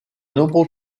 nombreux